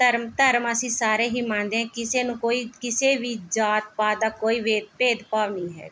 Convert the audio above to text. ਧਰਮ ਧਰਮ ਅਸੀਂ ਸਾਰੇ ਹੀ ਮੰਨਦੇ ਹਾਂ ਕਿਸੇ ਨੂੰ ਕੋਈ ਕਿਸੇ ਵੀ ਜਾਤ ਪਾਤ ਦਾ ਕੋਈ ਭੇਦ ਭਾਵ ਨਹੀਂ ਹੈਗਾ